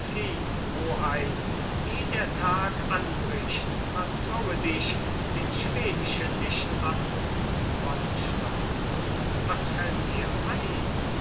hoheit eh der tag anbricht vertraue dich den schwedischen nicht an wallenstein was fällt dir ein